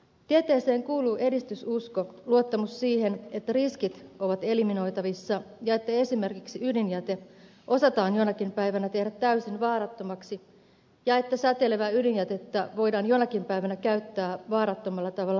tieteeseen kuuluu edistysusko luottamus siihen että riskit ovat eliminoitavissa ja että esimerkiksi ydinjäte osataan jonakin päivänä tehdä täysin vaarattomaksi ja että säteilevää ydinjätettä voidaan jonakin päivänä käyttää vaarattomalla tavalla hyödyksi